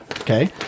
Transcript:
okay